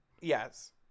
Yes